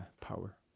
power